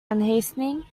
unhasting